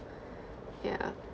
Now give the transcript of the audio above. yeah